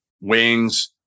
wings